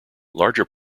larger